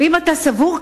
אם אתה סבור,